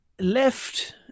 left